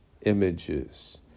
images